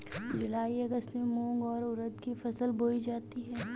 जूलाई अगस्त में मूंग और उर्द की फसल बोई जाती है